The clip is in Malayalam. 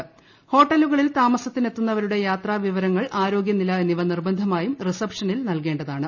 അനുമതി ഹോട്ടലുകളിൽ താമസത്തിനെത്തുന്നവരുടെ യാത്രാവിവരങ്ങൾ ആരോഗ്യനില എന്നിവ നിർബന്ധമായും റിസപ്ഷനിൽ നൽകേണ്ടതാണ്